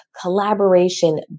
collaboration